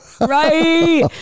Right